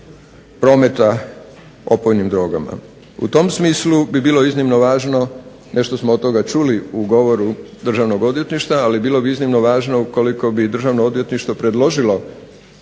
U tom smislu bi bilo iznimno važno, nešto smo od toga čuli u govoru Državnog odvjetništva, ali bili bi iznimno važno ukoliko bi Državno odvjetništvo predložilo